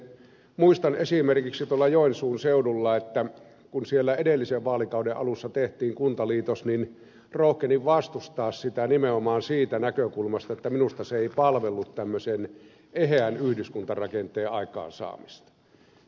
muistan että kun esimerkiksi tuolla joensuun seudulla edellisen vaalikauden alussa tehtiin kuntaliitos niin rohkenin vastustaa sitä nimenomaan siitä näkökulmasta että minusta se ei palvellut tämmöisen eheän yhdyskuntarakenteen aikaansaamista